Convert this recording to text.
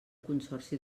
consorci